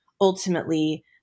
ultimately